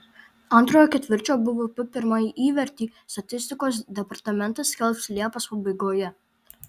antrojo ketvirčio bvp pirmąjį įvertį statistikos departamentas skelbs liepos pabaigoje